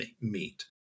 meet